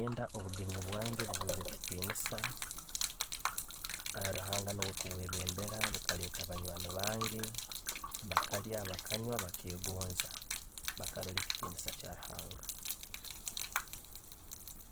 Ninyenda obugenyi bwange bube bwekitiniisa, ruhanga na'kubwembeera bukareta banywani bange bakalya, bakanywa, bakegoonza bakaroola ekitiniisa k'yaruhanga.